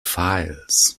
files